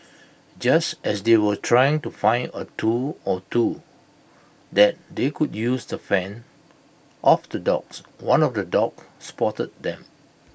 just as they were trying to find A tool or two that they could use to fend off the dogs one of the dogs spotted them